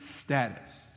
status